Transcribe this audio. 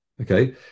Okay